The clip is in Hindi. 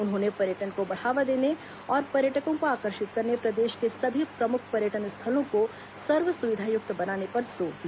उन्होंने पर्यटन को बढ़ावा देने और पर्यटकों को आकर्षित करने प्रदेश को सभी प्रमुख पर्यटन स्थलों को सर्व सुविधा युक्त बनाने पर जोर दिया